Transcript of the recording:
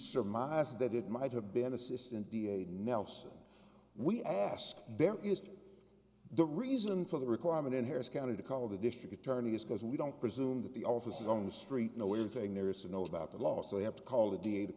surmised that it might have been an assistant d a nelson we ask there is the reason for the requirement in harris county to call the district attorney is because we don't presume that the officers on the street know anything there is to know about the law so they have to call the d a to